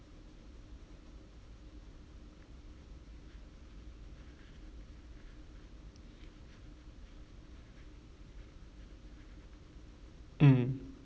mm